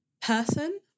person